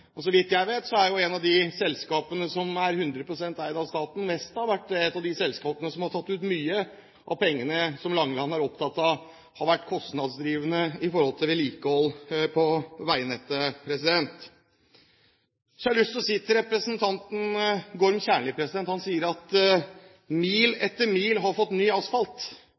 regime. Så vidt jeg vet, har jo ett av de selskapene som er 100 pst. eid av staten, Mesta, vært ett av de selskapene som har tatt ut mye av pengene som Langeland var opptatt av har vært kostnadsdrivende når det gjelder vedlikehold på veinettet. Til representanten Gorm Kjernli har jeg lyst til å si: Han sier at mil etter mil har fått ny asfalt.